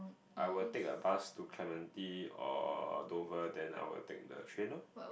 I will take a bus to Clementi or Dover then I will take the train loh